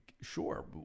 sure